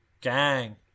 Gang